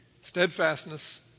Steadfastness